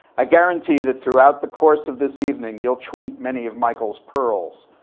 i guarantee that throughout the course of this evening, you'll tweet many of michael's pearls.